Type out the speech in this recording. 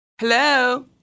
Hello